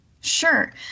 Sure